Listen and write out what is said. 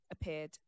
appeared